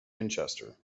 winchester